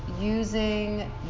using